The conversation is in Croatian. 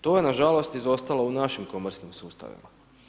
To je nažalost izostalo u našim komorskim sustavima.